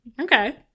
Okay